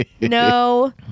no